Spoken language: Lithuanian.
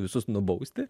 visus nubausti